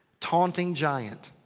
taunting giant.